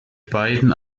beiden